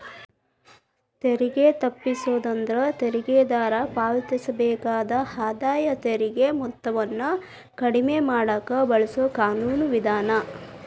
ತೆರಿಗೆ ತಪ್ಪಿಸೋದು ಅಂದ್ರ ತೆರಿಗೆದಾರ ಪಾವತಿಸಬೇಕಾದ ಆದಾಯ ತೆರಿಗೆ ಮೊತ್ತವನ್ನ ಕಡಿಮೆ ಮಾಡಕ ಬಳಸೊ ಕಾನೂನು ವಿಧಾನ